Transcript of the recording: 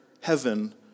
heaven